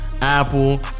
Apple